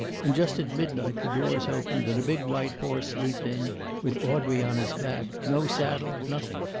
and just at midnight the doors opened and a big white horse leaped in with audrey on his back. no saddle nothing.